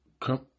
come